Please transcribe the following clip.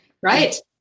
Right